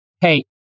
hey